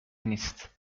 نیست